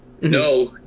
No